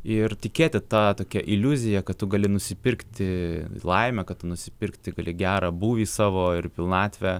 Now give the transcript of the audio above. ir tikėti ta tokia iliuzija kad tu gali nusipirkti laimę kad nusipirkti gali gerą būvį savo ir pilnatvę